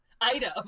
item